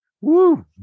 Woo